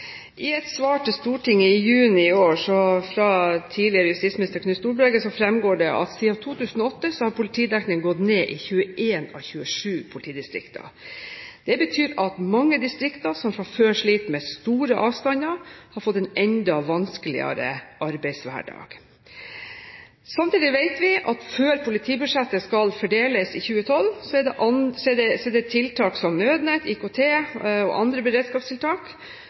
I et svar til Stortinget i juni i år fra tidligere justisminister Knut Storberget fremgår det at siden 2008 har politidekningen gått ned i 21 av 27 politidistrikter. Det betyr at mange distrikter som fra før sliter med store avstander, har fått en enda vanskeligere arbeidshverdag. Samtidig vet vi at før politibudsjettet skal fordeles i 2012, er det tiltak som nødnett, IKT og andre beredskapstiltak